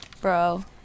bro